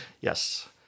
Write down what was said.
Yes